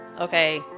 Okay